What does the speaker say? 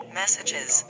messages